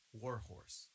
Warhorse